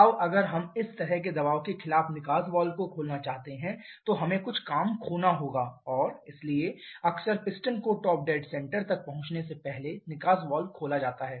अब अगर हम इस तरह के दबाव के खिलाफ निकास वाल्व खोलना चाहते हैं तो हमें कुछ काम खोना होगा और इसलिए अक्सर पिस्टन को टॉप डैड सेंटर तक पहुंचने से पहले निकास वाल्व खोला जाता है